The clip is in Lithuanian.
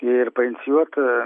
ir painicijuot